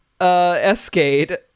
Escade